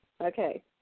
Okay